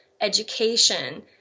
education